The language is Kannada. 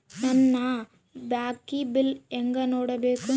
ನನ್ನ ಬಾಕಿ ಬಿಲ್ ಹೆಂಗ ನೋಡ್ಬೇಕು?